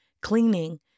cleaning